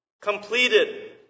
completed